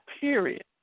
period